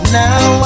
now